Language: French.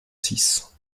six